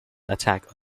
attack